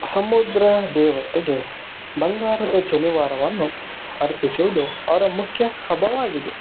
ಸಮುದ್ರ ದೇವತೆಗೆ ಬಂಗಾರದ ಜನಿವಾರವನ್ನು ಅರ್ಪಿಸೋದು ಅವರ ಮುಖ್ಯ ಹಬ್ಬವಾಗಿದೆ